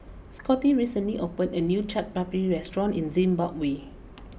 Scotty recently opened a new Chaat Papri restaurant in Zimbabwe